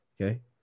okay